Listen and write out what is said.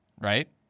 Right